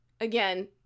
again